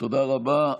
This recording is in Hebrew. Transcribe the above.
תודה רבה.